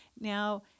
Now